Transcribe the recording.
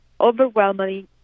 overwhelmingly